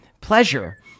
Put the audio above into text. Pleasure